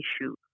issue